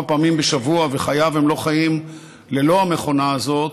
פעמים בשבוע וחייו הם לא חיים ללא המכונה הזאת,